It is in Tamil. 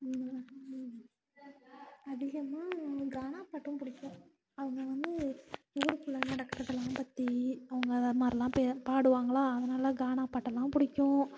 அதிகமாக கானா பாட்டும் பிடிக்கும் அவங்க வந்து ஊருக்குள்ள நடக்கிறதுலாம் பற்றி அவங்க அதைமாதிரிலாம் பே பாடுவாங்களா அதனால் கானா பாட்டெல்லாம் பிடிக்கும்